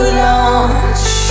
launch